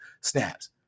snaps